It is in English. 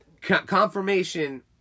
confirmation